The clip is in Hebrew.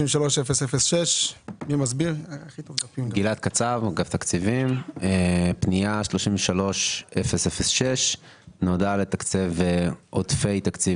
33-006. פנייה 33-006 נועדה לתקצב עודפי תקציב